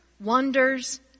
wonders